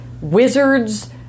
wizards